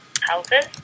houses